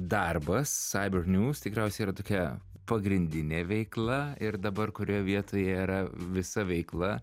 darbas cyber news tikriausiai yra tokia pagrindinė veikla ir dabar kurioj vietoje yra visa veikla